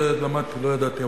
זה למדתי, לא ידעתי.